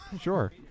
Sure